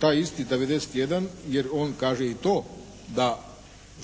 taj isti 91. jer on kaže i to da